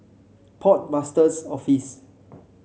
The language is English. Port Master's Office